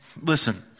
listen